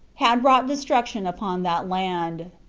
had brought destruction upon that land.